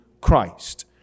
Christ